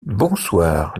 bonsoir